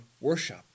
worship